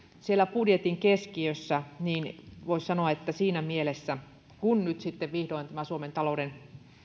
siellä budjetin keskiössä niin voisi sanoa että siinä mielessä kun nyt vihdoin suomen talouden